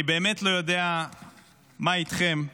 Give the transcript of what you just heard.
אני באמת לא יודע מה איתכם,